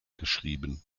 geschrieben